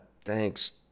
Thanks